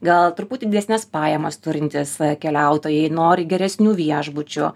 gal truputį didesnes pajamas turintys keliautojai nori geresnių viešbučių